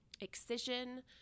excision